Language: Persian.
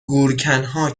گورکنها